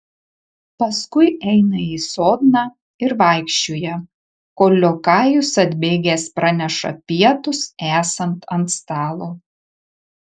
paskui eina į sodną ir vaikščioja kol liokajus atbėgęs praneša pietus esant ant stalo